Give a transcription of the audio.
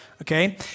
okay